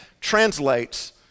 translates